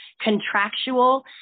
contractual